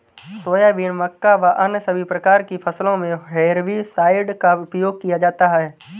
soybean, मक्का व अन्य सभी प्रकार की फसलों मे हेर्बिसाइड का उपयोग किया जाता हैं